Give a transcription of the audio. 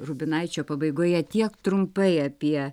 rubinaičio pabaigoje tiek trumpai apie